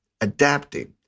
adapting